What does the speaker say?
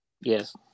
Yes